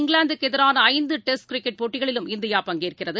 இங்கிலாந்துக்குஎதிரானஐந்துடெஸ்ட் cricket போட்டிகளிலும் India பங்கேற்கிறது